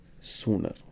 sooner